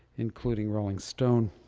including rolling stone.